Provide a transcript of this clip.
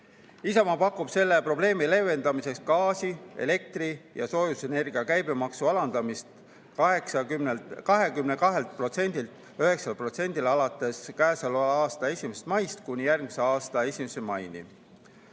Isamaa pakub selle probleemi leevendamiseks gaasi, elektri ja soojusenergia käibemaksu alandamist 20%‑lt 9%‑le alates käesoleva aasta 1. maist kuni järgmise aasta 1. maini.